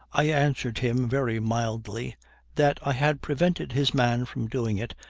i answered him very mildly that i had prevented his man from doing it,